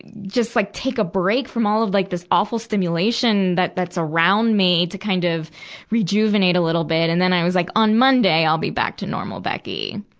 just, like, take a break from all of, like, this awful stimulation that, that's around me to kind of rejuvenate a little bit. and then i was, like, on, monday, i'll be back to normal becky.